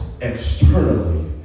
externally